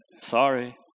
Sorry